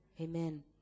Amen